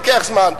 לוקח זמן.